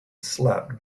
slept